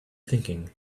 thinking